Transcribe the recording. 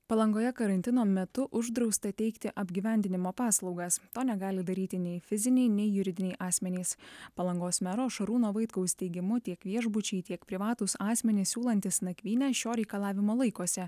palangoje karantino metu uždrausta teikti apgyvendinimo paslaugas to negali daryti nei fiziniai nei juridiniai asmenys palangos mero šarūno vaitkaus teigimu tiek viešbučiai tiek privatūs asmenys siūlantys nakvynę šio reikalavimo laikosi